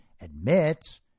admits